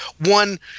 one